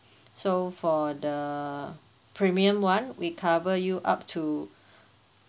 so for the premium [one] we cover you up to